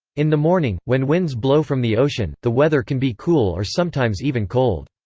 in the morning, when winds blow from the ocean, the weather can be cool or sometimes even cold.